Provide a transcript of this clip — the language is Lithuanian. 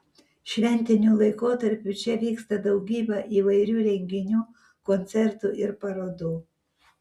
šventiniu laikotarpiu čia vyksta daugybė įvairių renginių koncertų ir parodų